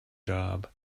job